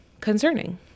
concerning